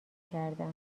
کردم